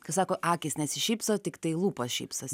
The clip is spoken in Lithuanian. kai sako akys nesišypso tiktai lūpos šypsosi